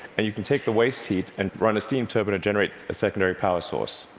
and you can take the waste heat and run a steam turbine and generate a secondary power source.